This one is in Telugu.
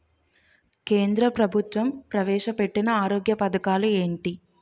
కేంద్ర ప్రభుత్వం ప్రవేశ పెట్టిన ఆరోగ్య పథకాలు ఎంటి?